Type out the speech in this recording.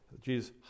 Jesus